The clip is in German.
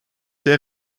der